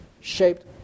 shaped